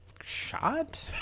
Shot